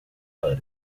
padre